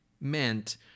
meant